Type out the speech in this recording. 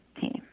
team